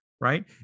right